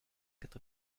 quatre